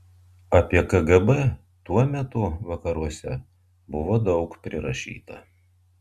apie kgb tuo metu vakaruose buvo daug prirašyta